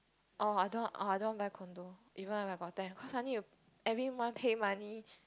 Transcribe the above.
oh I don't want I don't want buy condo even if I got ten million cause I need to every month pay money